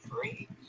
free